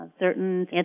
Certain